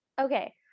Okay